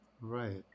Right